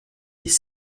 des